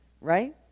right